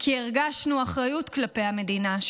כי הרגשנו אחריות כלפי המדינה,